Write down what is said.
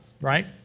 right